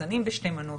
מחוסנים בשתי מנות.